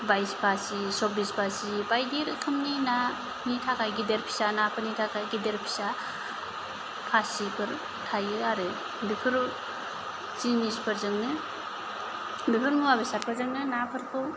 बायस फासि सब्बिस फासि बायदि रोखोमनि नानि थाखाय गिदिर फिसा नाफोरनि थाखाय गिदिर फिसा फासिफोरा थायो आरो बेफोर जिनिसफोरजोंनो बेफोर मुवा बेसादफोरजोंनो नाफोरखौ